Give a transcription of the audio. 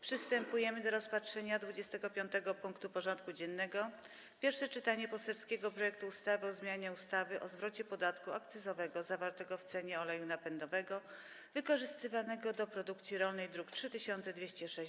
Przystępujemy do rozpatrzenia punktu 25. porządku dziennego: Pierwsze czytanie poselskiego projektu ustawy o zmianie ustawy o zwrocie podatku akcyzowego zawartego w cenie oleju napędowego wykorzystywanego do produkcji rolnej (druk nr 3206)